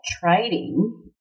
trading